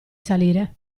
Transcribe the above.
salire